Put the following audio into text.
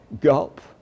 Gulp